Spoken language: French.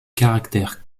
caractère